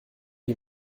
die